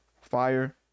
fire